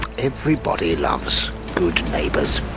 everybody loves good neighbours,